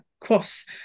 cross